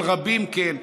אבל רבים כן,